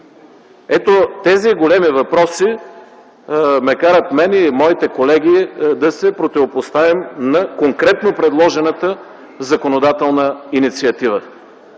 Тези големи въпроси карат мен и моите колеги да се противопоставим на конкретно предложената законодателна инициатива.